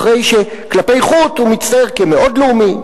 אחרי שכלפי חוץ הוא מצטייר כמאוד לאומי,